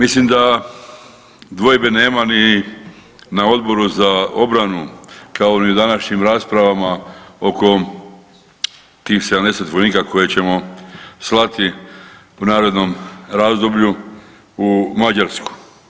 Mislim da dvojbe nema ni na Odboru za obranu kao ni u današnjim raspravama oko tih 70 vojnika koje ćemo slati u narednom razdoblju u Mađarsku.